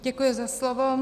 Děkuji za slovo.